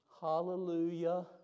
Hallelujah